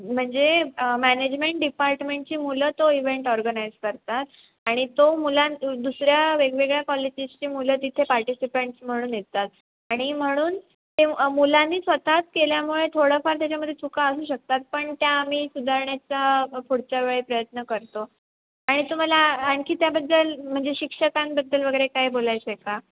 म्हणजे मॅनेजमेंट डिपार्टमेंटची मुलं तो इव्हेंट ऑर्गनाइज करतात आणि तो मुलां दुसऱ्या वेगवेगळ्या कॉलेजेसची मुलं तिथे पार्टिसिपंट्स म्हणून येतात आणि म्हणून ते मुलांनी स्वतःच केल्यामुळे थोडंफार त्याच्यामध्ये चुका असू शकतात पण त्या आम्ही सुधारण्याचा पुढच्या वेळी प्रयत्न करतो आणि तुम्हाला आणखी त्याबद्दल म्हणजे शिक्षकांबद्दल वगैरे काय बोलायचं आहे का